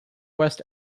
west